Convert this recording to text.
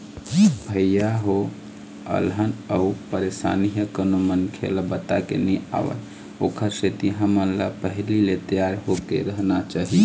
भइया हो अलहन अउ परसानी ह कोनो मनखे ल बताके नइ आवय ओखर सेती हमन ल पहिली ले तियार होके रहना चाही